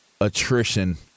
attrition